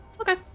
Okay